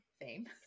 fame